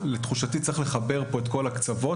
לתחושתי צריך לחבר כאן את כל הקצוות.